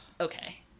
okay